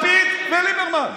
לפיד וליברמן.